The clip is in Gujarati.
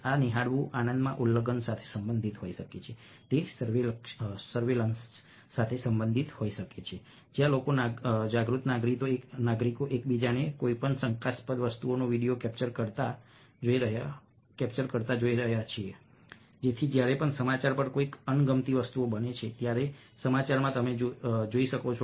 આ નિહાળવું આનંદમાં ઉલ્લંઘન સાથે સંબંધિત હોઈ શકે છે તે સર્વેલન્સ સાથે સંબંધિત હોઈ શકે છે જ્યાં લોકો જાગૃત નાગરિકો એક બીજાને કોઈ પણ શંકાસ્પદ વસ્તુનો વીડિયો કેપ્ચર કરતા જોઈ રહ્યા છે જેથી જ્યારે પણ સમાચાર પર કોઈક અણગમતી વસ્તુઓ બને છે ત્યારે સમાચારમાં તમે જોઈ શકો છો